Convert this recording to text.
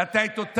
אתה לא רוצה